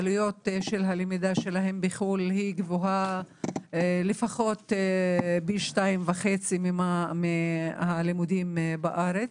עלויות הלמידה שלהם בחוץ לארץ הן גבוהות לפחות פי 2.5 מהלימודים בארץ.